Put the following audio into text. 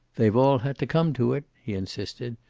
they've all had to come to it, he insisted.